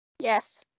Yes